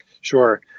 Sure